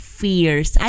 fears